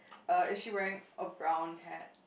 uh is she wearing a brown hat